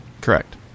Correct